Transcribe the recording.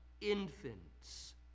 infants